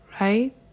Right